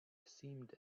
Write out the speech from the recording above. seemed